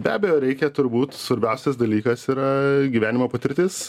be abejo reikia turbūt svarbiausias dalykas yra gyvenimo patirtis